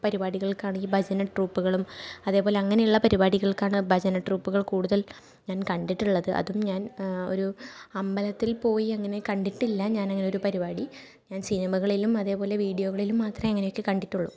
പരിപാടികൾക്കാണീ ഭജന ട്രൂപ്പുകളും അതേപോലെ അങ്ങനെയുള്ള പരിപാടികൾക്കാണ് ഭജന ട്രൂപ്പുകൾ കൂടുതൽ ഞാൻ കണ്ടിട്ടുള്ളത് അതും ഞാൻ ഒരു അമ്പലത്തിൽ പോയി അങ്ങനെ കണ്ടിട്ടില്ല ഞാൻ അങ്ങനൊരു പരിപാടി ഞാൻ സിനിമകളിലും അതേപോലെ വിഡിയോകളിലും മാത്രമേ അങ്ങനെയൊക്കെ കണ്ടിട്ടുള്ളു